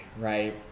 right